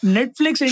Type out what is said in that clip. Netflix